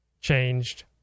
changed